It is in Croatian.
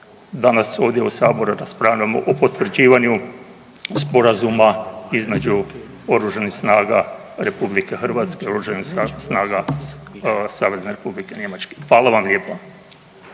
danas ovdje u Saboru raspravljamo o potvrđivanju Sporazuma između Oružanih snaga Republike Hrvatske i Oružanih snaga Savezne Republike Njemačke. Hvala vam lijepa.